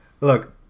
Look